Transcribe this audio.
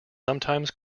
sometimes